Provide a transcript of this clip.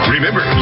Remember